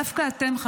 דווקא אתם,